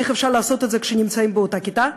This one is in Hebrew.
איך אפשר לעשות את זה כשנמצאים באותה כיתה?